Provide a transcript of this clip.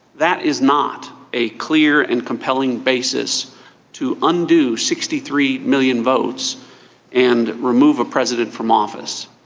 that is not a clear and compelling basis to undue sixty three million votes and remove a president from office.